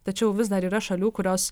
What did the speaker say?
tačiau vis dar yra šalių kurios